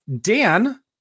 dan